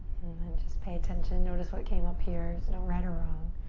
and then just pay attention, notice what came up here. there's no right or wrong.